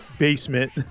basement